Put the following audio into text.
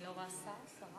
אני לא רואה שר.